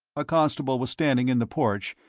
a constable was standing in the porch,